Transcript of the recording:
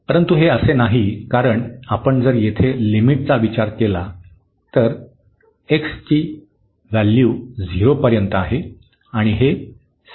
परंतु हे असे नाही कारण आपण जर येथे लिमिटचा विचार केला तर x ची 0 पर्यंत आहे आणि हे आहे